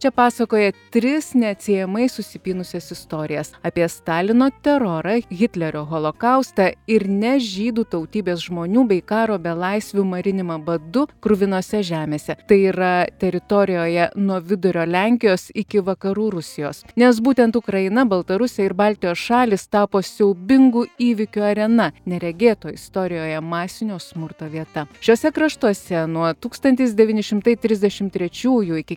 čia pasakoja tris neatsiejamai susipynusias istorijas apie stalino terorą hitlerio holokaustą ir ne žydų tautybės žmonių bei karo belaisvių marinimą badu kruvinose žemėse tai yra teritorijoje nuo vidurio lenkijos iki vakarų rusijos nes būtent ukraina baltarusija ir baltijos šalys tapo siaubingų įvykių arena neregėto istorijoje masinio smurto vieta šiuose kraštuose nuo tūkstantis devyni šimtai trisdešimt trečiųjų iki